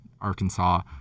Arkansas